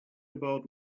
about